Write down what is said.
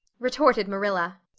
retorted marilla.